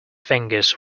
fingers